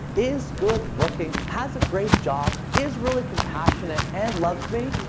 is good-looking, has a great job, is really compassionate, and loves me?